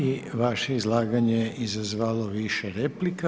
I vaše izlaganje je izazvalo više replika.